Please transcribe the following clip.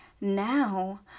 now